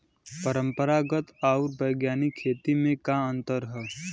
परंपरागत आऊर वैज्ञानिक खेती में का अंतर ह?